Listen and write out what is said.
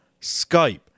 Skype